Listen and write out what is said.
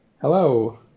Hello